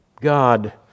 God